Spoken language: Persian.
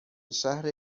شهر